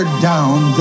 Down